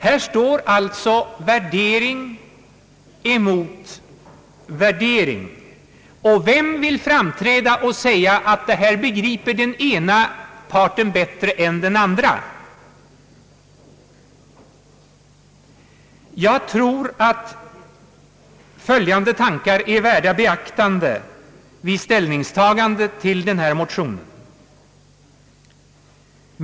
Här står alltså värdering mot värdering. Och vem vill framträda och säga att det här begriper den ena parten bättre än den andra? Jag tror att följande tankar är värda beaktande vid ställningstagandet till motionen.